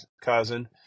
cousin